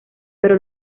pero